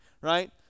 right